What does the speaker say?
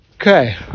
Okay